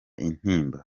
intimba